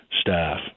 staff